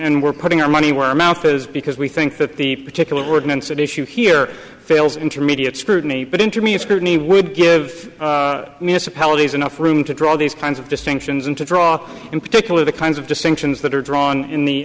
and we're putting our money where our mouth is because we think that the particular ordinance at issue here fails intermediate scrutiny but into me a scrutiny would give mr pelly has enough room to draw these kinds of distinctions and to draw in particular the kinds of distinctions that are drawn in the